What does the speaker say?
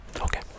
Okay